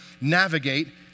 navigate